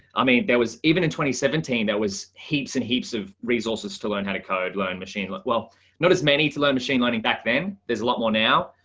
i mean, there was even in seventeen, there was heaps and heaps of resources to learn how to code learn machine with well notice many to learn machine learning back then there's a lot more now.